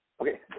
Okay